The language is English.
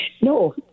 No